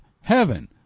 heaven